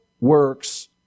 works